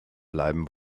bleiben